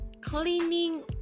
cleaning